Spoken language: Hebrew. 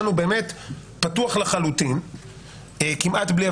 ומטבע הדברים,